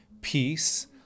peace